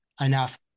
enough